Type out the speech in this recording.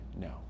no